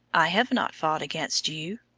i have not fought against you.